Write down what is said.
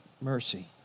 mercy